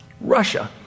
Russia